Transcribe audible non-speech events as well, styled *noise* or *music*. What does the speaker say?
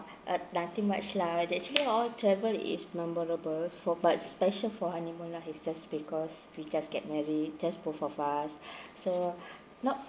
ugh nothing much lah that actually ah travel is memorable for but special for honeymoon lah is just because we just get married just both of us *breath* so not